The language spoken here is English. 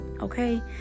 okay